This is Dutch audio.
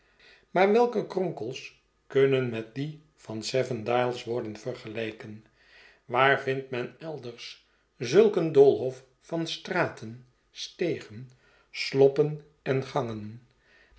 maar welke kronkels kunnen met die van seven dials worden vergeleken waar vindt men elders zulk een doolhof van straten stegen sloppen en gangen